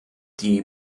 die